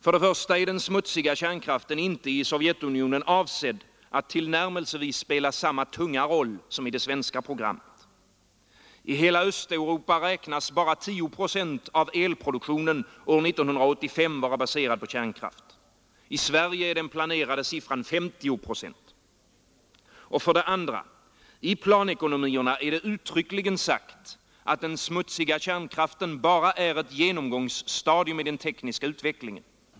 För det första är den smutsiga kärnkraften inte i Sovjetunionen avsedd att tillnärmelsevis spela samma tunga roll som i det svenska programmet. I hela Östeuropa räknas bara 10 procent av elproduktionen år 1985 vara baserad på kärnkraft. I Sverige är den planerade siffran 50 procent. För det andra: I planekonomierna är det uttryckligen sagt att den smutsiga kärnkraften bara är ett genomgångsstadium i den tekniska utvecklingen.